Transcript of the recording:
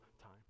time